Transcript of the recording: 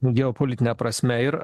geopolitine prasme ir